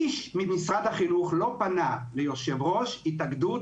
איש ממשרד החינוך לא פנה ליושב-ראש התאגדות